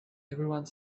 everyone